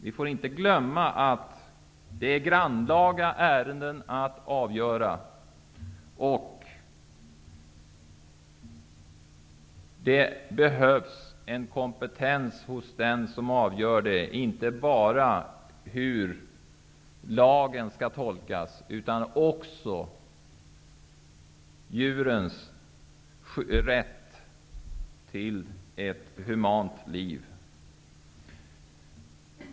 Vi får inte glömma att det är grannlaga ärenden. Det behövs en kompetens hos den som avgör ärendena, inte bara i fråga om hur lagen skall tolkas, utan också kunskap om djurens rätt till ett värdigt liv.